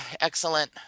excellent